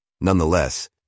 Nonetheless